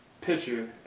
picture